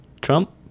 Trump